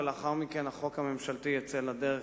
ולאחר מכן החוק הממשלתי יצא לדרך,